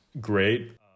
great